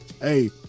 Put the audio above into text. hey